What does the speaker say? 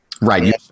Right